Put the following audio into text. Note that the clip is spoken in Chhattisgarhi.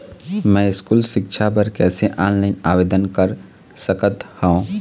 मैं स्कूल सिक्छा बर कैसे ऑनलाइन आवेदन कर सकत हावे?